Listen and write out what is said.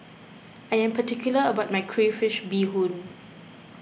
I am particular about my Crayfish BeeHoon